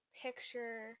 picture